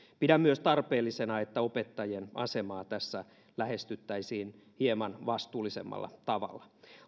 pidän tarpeellisena myös että opettajien asemaa tässä lähestyttäisiin hieman vastuullisemmalla tavalla